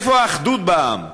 איפה האחדות בעם?